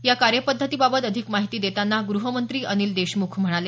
या कार्यपद्धती बाबत अधिक माहिती देताना ग्रहमंत्री अनिल देशमुख म्हणाले